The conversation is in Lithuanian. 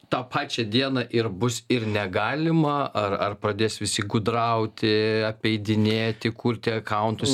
tą pačią dieną ir bus ir negalima ar ar pradės visi gudrauti apeidinėti kurti akauntus